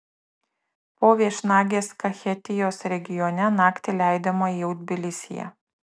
po viešnagės kachetijos regione naktį leidome jau tbilisyje